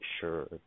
sure